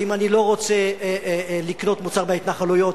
ואם אני לא רוצה לקנות מוצר בהתנחלויות,